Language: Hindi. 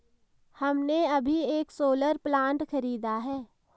हमने अभी एक सोलर प्लांट खरीदा है